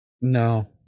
No